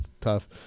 tough